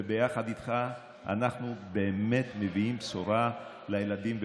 ויחד איתך אנחנו באמת מביאים בשורה לילדים ולהורים.